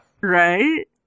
Right